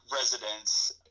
residents